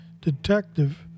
detective